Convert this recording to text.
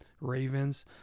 Ravens